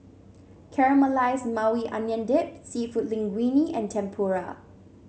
Caramelized Maui Onion Dip seafood Linguine and Tempura